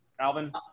Alvin